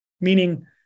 Meaning